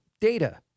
Data